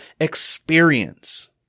experience